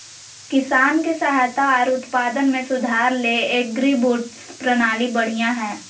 किसान के सहायता आर उत्पादन में सुधार ले एग्रीबोट्स प्रणाली बढ़िया हय